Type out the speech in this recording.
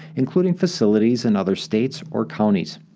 including facilities in other states or counties.